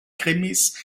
krimis